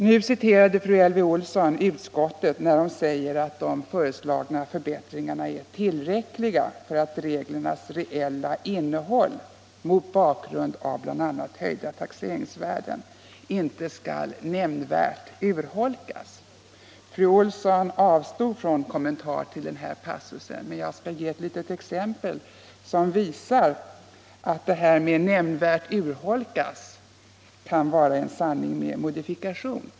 Fru Elvy Olsson citerade utskottets skrivning att de ”föreslagna förbättringarna är tillräckliga för att reglernas reella innehåll — mot bakgrund bl.a. av höjda taxeringsvärden — inte skall nämnvärt urholkas”. Fru Olsson avstod från kommentar till den passusen, men jag skall ge ett litet exempel som visar att det här med ”nämnvärt urholkas” kan vara en sanning med modifikation.